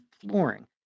flooring